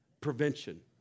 prevention